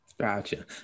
Gotcha